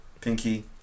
Pinky